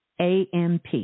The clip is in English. AMP